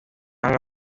hamwe